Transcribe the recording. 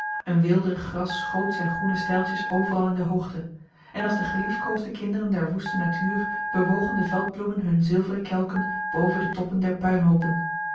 een weeldrig gras schoot zijn groene stijltjes overal in de hoogte en als de geliefkoosde kinderen der woeste natuur bewogen de veldbloemen hun zilveren kelken boven de toppen der puinhopen